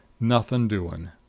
nothing doing!